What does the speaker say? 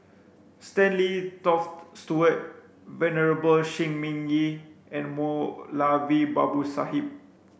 Stanley Toft Stewart Venerable Shi Ming Yi and Moulavi Babu Sahib